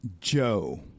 Joe